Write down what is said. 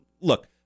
Look